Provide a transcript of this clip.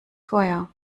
feuer